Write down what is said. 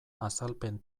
azalpen